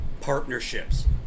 partnerships